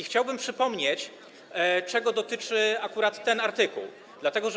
Chciałbym przypomnieć, czego dotyczy akurat ten artykuł, dlatego że.